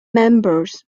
members